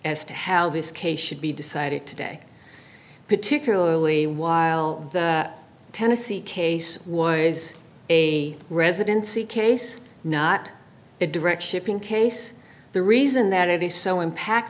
as to how this case should be decided today particularly while the tennessee case was a residency case not a direction case the reason that it is so impact